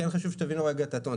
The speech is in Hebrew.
כי כן חשוב שתבינו את הטון,